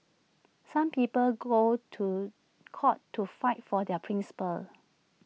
some people go to court to fight for their principles